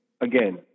again